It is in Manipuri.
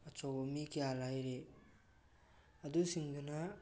ꯑꯆꯧꯕ ꯃꯤ ꯀꯌꯥ ꯂꯩꯔꯤ ꯑꯗꯨꯁꯤꯡꯗꯨꯅ